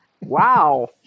Wow